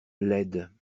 laides